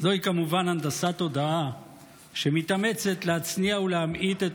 זוהי כמובן הנדסת תודעה שמתאמצת להצניע ולהמעיט את